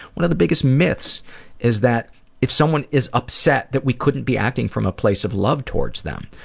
one of the biggest myths is that if someone is upset that we couldn't be acting from a place of love towards them.